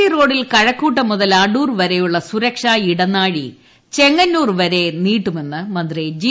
C റോഡിൽ കഴക്കൂട്ടർ മുതൽ അടൂർ വരെയുള്ള സുരക്ഷ ഇടനാഴി ചെങ്ങന്നൂർ വർ നീട്ടുമെന്ന് മന്ത്രി ജി